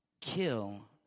kill